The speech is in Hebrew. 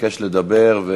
ביקש לדבר.